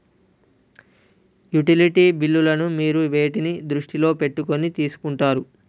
Utility బిల్లులను మీరు వేటిని దృష్టిలో పెట్టుకొని తీసుకుంటారు?